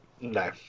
no